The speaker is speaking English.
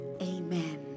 Amen